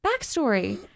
backstory